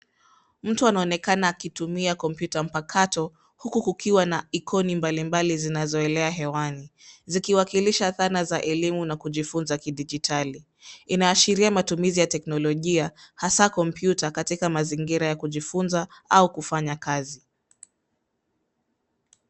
Mtu anaonekana akitumia kompyuta mpakato huku kukiwa na ikoni mbalimbali zinazoelea hewani zikiwakilisha dhana za elimu na kujifunza kidijitali. Inaashiria matumizi ya kiteknolojia hasa kompyuta katika mazingira ya kujifunza au kufanya kazi.